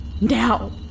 Now